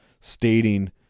stating